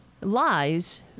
lies